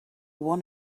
one